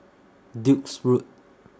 Duke's Road